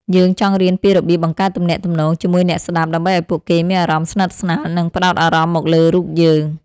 យើងចង់រៀនពីរបៀបបង្កើតទំនាក់ទំនង ជាមួយអ្នកស្ដាប់ ដើម្បីឱ្យពួកគេមានអារម្មណ៍ស្និទ្ធស្នាល និងផ្ដោតអារម្មណ៍មកលើរូបយើង។